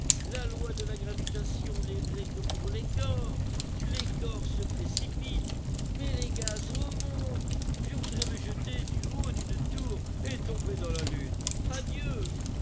la loi de la gravitation n'est vraie que pour les corps les corps se précipitent mais les gaz remontent je voudrais me jeter du haut d'une tour et tomber dans la lune adieu